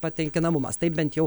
patenkinamumas taip bent jau